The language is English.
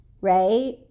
right